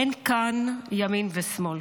אין כאן ימין ושמאל.